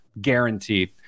guaranteed